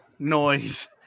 noise